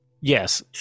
Yes